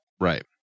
Right